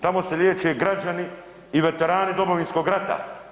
Tamo se liječe građani i veterani Domovinskog rata.